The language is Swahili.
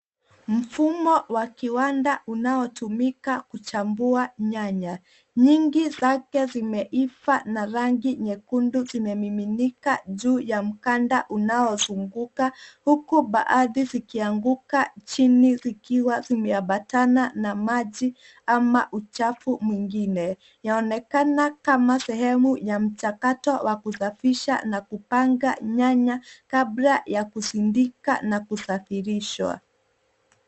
Mfumo wa kiwanda unaotumika kuchambua nyanya, nyingi zake zimeiva na rangi nyekundu zimemiminika juu ya mkanda unaozunguka huku baadhi zikianguka chini vikiwa zimeambatana na maji ama uchafu mwingine, yanaonekana kama sehemu ya mchakato wa kusafisha na kupanga nyanya kabla ya kusindika na kusafirishwa.